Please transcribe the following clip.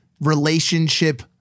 relationship